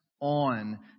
on